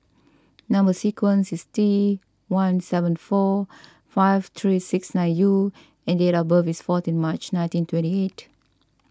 Number Sequence is T one seven four five three six nine U and date of birth is fourteen March nineteen twenty eight